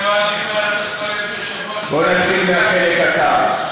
בואו נתחיל מהחלק הקל.